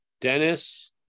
Dennis